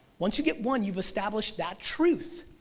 once you get one you've established that truth.